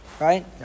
Right